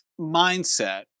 mindset